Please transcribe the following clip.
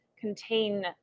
contain